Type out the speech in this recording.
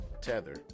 Tether